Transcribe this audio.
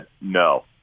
no